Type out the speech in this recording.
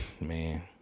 man